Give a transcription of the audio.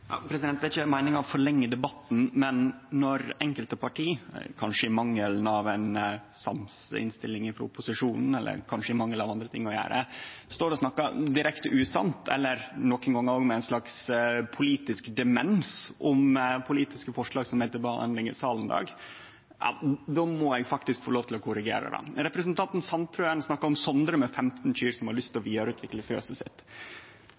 ikkje meininga å forlengje debatten, men når enkelte parti, kanskje i mangel av ei sams innstilling til proposisjonen eller kanskje i mangel av andre ting å gjere, står og snakkar direkte usant eller nokre gonger òg med ein slags politisk demens om politiske forslag som er til behandling i salen i dag, må eg faktisk få lov til å korrigere dei. Representanten Sandtrøen snakka om Sondre som har 15 kyr og lyst til å vidareutvikle fjøset sitt.